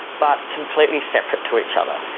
but completely separate to each other.